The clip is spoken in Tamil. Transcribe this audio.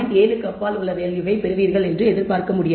7 க்கு அப்பால் உள்ள வேல்யூவை பெறுவீர்கள் என்று எதிர்பார்க்க முடியாது